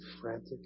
frantic